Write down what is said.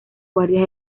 guardias